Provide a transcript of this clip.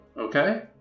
okay